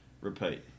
repeat